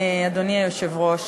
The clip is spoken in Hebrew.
אדוני היושב-ראש,